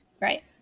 right